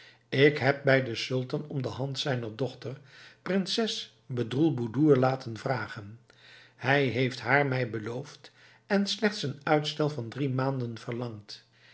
ik heb bij den sultan om de hand zijner dochter prinses bedroelboedoer laten vragen hij heeft haar mij beloofd en slechts een uitstel van drie maanden verlangd